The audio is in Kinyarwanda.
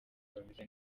bameze